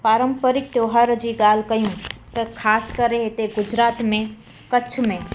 पारंपरिक त्योहार जी ॻाल्हि कयूं त ख़ासि करे हिते गुजरात में कच्छ में